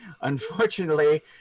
unfortunately